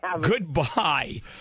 Goodbye